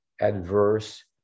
adverse